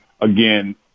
again